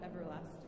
everlasting